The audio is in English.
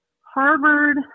Harvard